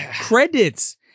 Credits